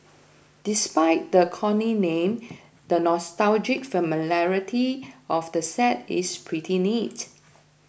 despite the corny name the nostalgic familiarity of the set is pretty neat